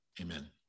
amen